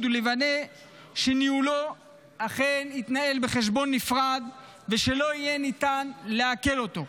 ולוודא שניהולו אכן יתנהל בחשבון נפרד ושלא יהיה ניתן לעקל אותו.